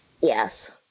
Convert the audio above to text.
Yes